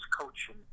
coaching